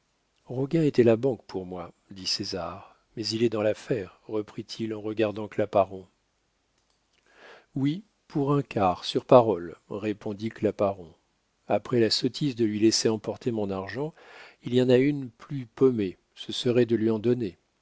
était la banque pour moi dit césar mais il est dans l'affaire reprit-il en regardant claparon oui pour un quart sur parole répondit claparon après la sottise de lui laisser emporter mon argent il y en a une plus pommée ce serait de lui en donner